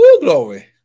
glory